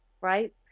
right